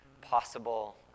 possible